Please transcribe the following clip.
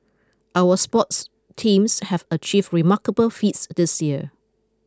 our sports teams have achieved remarkable feats this year